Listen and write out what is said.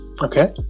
Okay